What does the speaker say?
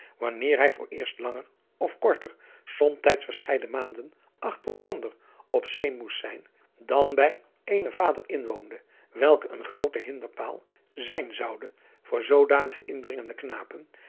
wanneer hij vooreerst langer of korter somtijds verscheiden maanden achter elkander op zee moest zijn dan bij eenen vader inwoonde welke een groote hinderpaal zijn zoude voor zoodanige indringende knapen